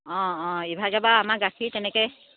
অঁ অঁ ইভাগে বাৰু আমাৰ গাখীৰ তেনেকৈ